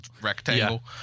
rectangle